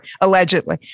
Allegedly